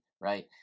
right